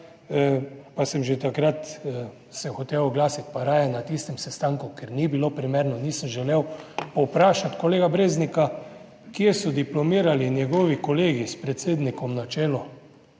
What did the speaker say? pa sem že takrat se hotel oglasiti pa raje na tistem sestanku, ker ni bilo primerno, nisem želel povprašati kolega Breznika kje so diplomirali in njegovi kolegi s predsednikom na čelu.